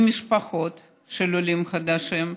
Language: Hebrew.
למשפחות של עולים חדשים,